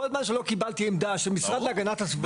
כל זמן שלא קיבלתי עמדה של המשרד להגנת הסביבה,